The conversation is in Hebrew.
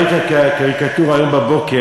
ראיתי את הקריקטורה היום בבוקר,